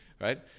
Right